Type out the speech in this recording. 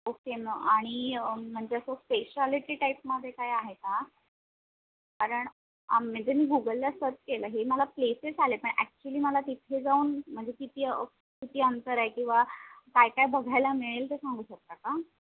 okay मग आणि म्हणजे असं स्पेशलिटी टाईपमध्ये काय आहे का कारण आम्ही जरी गूगलला सर्च केलं हे मला प्लेसेस आले पण ॲक्च्युली मला तिथे जाऊन म्हणजे किती किती अंतर आहे किंवा काय काय बघायला मिळेल ते सांगू शकता का